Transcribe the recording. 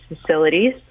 facilities